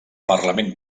parlament